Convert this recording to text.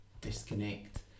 disconnect